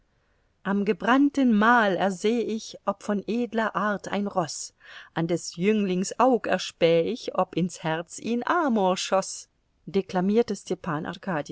am gebrannten mal erseh ich ob von edler art ein roß an des jünglings aug erspäh ich ob ins herz ihn amor schoß deklamierte stepan